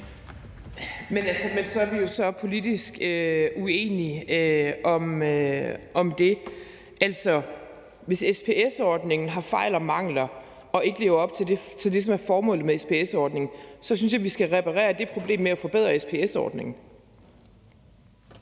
Jamen så er vi jo så politisk uenige om det. Altså, hvis SPS-ordningen har fejl og mangler og ikke lever op til det, som ligesom er formålet med SPS-ordningen, synes jeg, vi skal reparere det problem ved at forbedre SPS-ordningen.